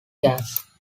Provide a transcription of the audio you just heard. gas